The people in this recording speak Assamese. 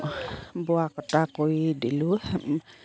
বোৱা কটা কৰি দিলোঁ